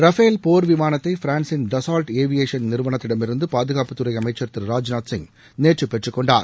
Rafale போர் விமானத்தை பிரான்சின் Dassault aviation நிறுவனத்திடமிருந்து பாதுகாப்புத்துறை அமைச்சர் திரு ராஜ்நாத்சிங் நேற்று பெற்றுக்கொண்டார்